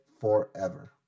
forever